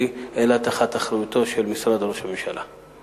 אלא תחת אחריותו של משרד ראש הממשלה.